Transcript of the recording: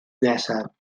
nesaf